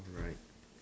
alright